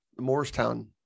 Morristown